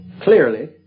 clearly